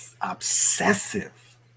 obsessive